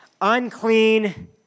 Unclean